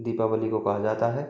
दीपावली को कहा जाता है